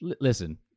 listen